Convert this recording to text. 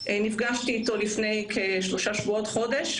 נפגשתי איתו לפני כשלושה שבועות או חודש,